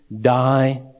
die